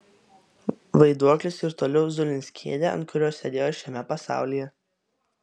vaiduoklis ir toliau zulins kėdę ant kurios sėdėjo šiame pasaulyje